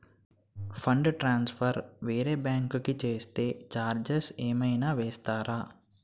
Fund transfer వేరే bank కి చేస్తే ఛార్జ్ ఏమైనా వేస్తారా?